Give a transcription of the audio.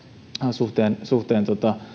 suhteen suhteen